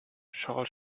shall